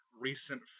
recent